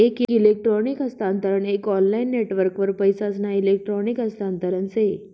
एक इलेक्ट्रॉनिक हस्तांतरण एक ऑनलाईन नेटवर्कवर पैसासना इलेक्ट्रॉनिक हस्तांतरण से